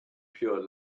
pure